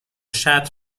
شتم